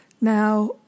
Now